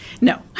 No